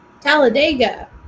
Talladega